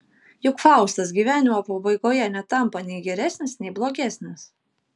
juk faustas gyvenimo pabaigoje netampa nei geresnis nei blogesnis